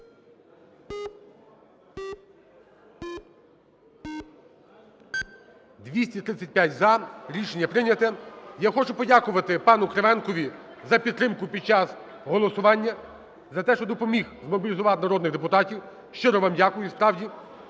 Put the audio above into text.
За-235 Рішення прийнято. Я хочу подякувати пану Кривенкові за підтримку під час голосування, за те, що допоміг змобілізувати народних депутатів. Щиро вам дякую справді.